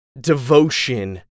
devotion